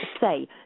say